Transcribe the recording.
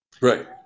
Right